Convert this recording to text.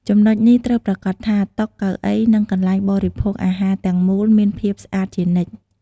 ចំណុចនេះត្រូវប្រាកដថា តុ កៅអី និងកន្លែងបរិភោគអាហារទាំងមូលមានភាពស្អាតជានិច្ច។